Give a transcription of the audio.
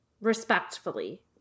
respectfully